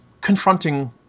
confronting